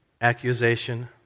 accusation